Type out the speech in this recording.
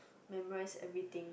memorise everything